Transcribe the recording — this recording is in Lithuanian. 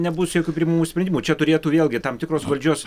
nebus jokių priimamų sprendimų čia turėtų vėlgi tam tikros valdžios